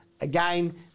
Again